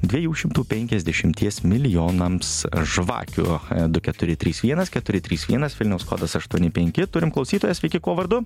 dviejų šimtų penkiasdešimties milijonams žvakių du keturi trys vienas keturi trys vienas vilniaus kodas aštuoni penki turim klausytoją sveiki kuo vardu